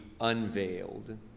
unveiled